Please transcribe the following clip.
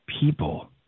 people